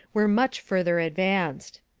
were much further advanced.